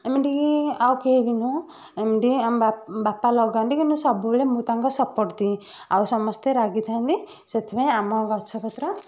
ଏମିତିକି ଆଉ କେହି ବି ନୁହଁ ଏମିତି ଆମ ବାପ ବାପା ଲଗାନ୍ତି କି ମୁଁ ସବୁବେଳେ ମୁଁ ତାଙ୍କ ସପୋର୍ଟ ଦିଏ ଆଉ ସମସ୍ତେ ରାଗିଥାନ୍ତି ସେଥିପାଇଁ ଆମ ଗଛ ପତ୍ର